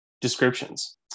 descriptions